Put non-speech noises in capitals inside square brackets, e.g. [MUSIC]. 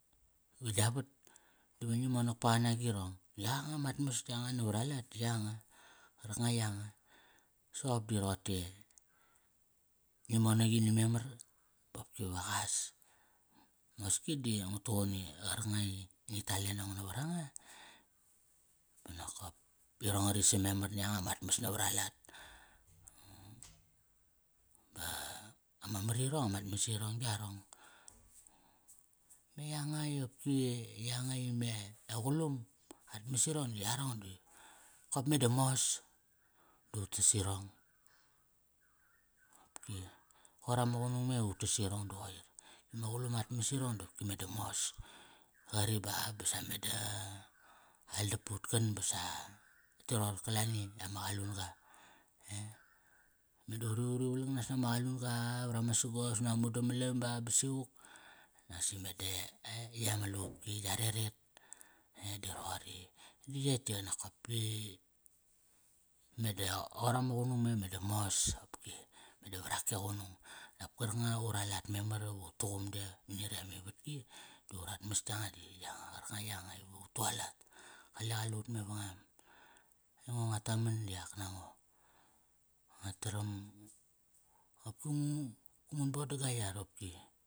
Va gia vat ba va ngi monak paqaqa nagirong? Yanga mat mas yanga navara lat di yanga. Qarkanga yanga, soqop di roqote, ngi monak ini memar bopki va qas. Mosngi di ngu tuuqn i qarkanga i ngi tal e nong navar anga, ba nokop irong ngari sam memar na yanga mat mas navaralat. [HESITATION] ba ama mar irong amat mas irong yarong. Me yanga i opki, yanga i me, e qulum at mas irong di yarong di kop me da mos da utas irong. Qopki qoir ama qunung me di utas irong. Me qulum atmas irong dopki me da mas. Qari ba, ba sa meda aldap pa ut-kan basa, tote ror kalani i ama qalun-gai meda uri, uri valangnas nama qalun-ga, vrama sagas unak ami damalam ba, ba sivuk, nasi meda eh, yey ama lupki ya reret. E di roqori. Di yetk ti nokop pi, meda qoir ama qunung me, meda mos. Qopki med var ak e qunung, dap karkanga ura lat memar ivu tuqum de mani retk amivatki, di urat mas yanga di yanga, qarkanga yanga iva ut tualat. Qale qaliut mavangam. Aingo ngua taman di ak nango. Nga taram, qopki ngu, ngun boda ga yar, qopki.